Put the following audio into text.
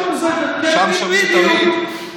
שם שומעים תמיד.